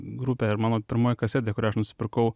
grupę ir mano pirmoji kasetė kurią aš nusipirkau